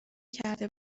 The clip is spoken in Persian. کرده